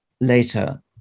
later